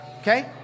Okay